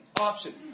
option